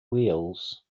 wheels